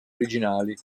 originali